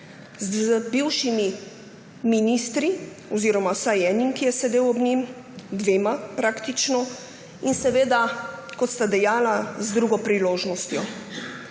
z bivšimi ministri oziroma vsaj enim, ki je sedel ob njem, dvema, praktično, in kot sta dejala, z drugo priložnostjo.